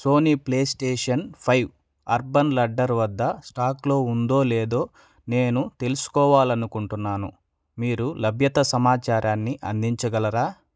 Sony PlayStation five Urban Ladder వద్ద స్టాక్లో ఉందో లేదో నేను తెలుసుకోవాలనుకుంటున్నాను మీరు లభ్యత సమాచారాన్ని అందించగలరా